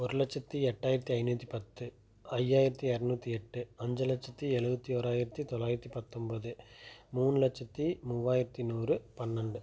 ஒரு லட்சத்தி எட்டாயிரத்தி ஐநூற்றி பத்து ஐயாயிரத்தி இரநூத்தி எட்டு அஞ்சு லட்சத்தி எழுபத்தி ஓராயிரத்தி தொள்ளாயிரத்தி பத்தம்பது மூணு லட்சத்தி மூவாயிரத்தி நூறு பன்னெண்டு